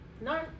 No